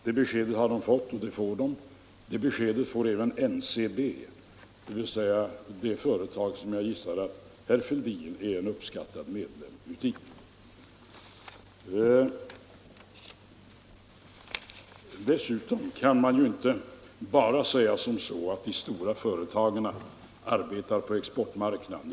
Det beskedet har lämnats till alla som fått dispens, och det beskedet får även NCB, dvs. det företag som jag gissar att herr Fälldin är en uppskattad delägare i. Dessutom kan man inte säga att de stora företagen bara arbetar på exportmarknaden.